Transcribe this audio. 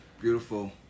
beautiful